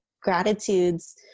gratitudes